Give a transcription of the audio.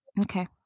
okay